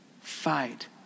Fight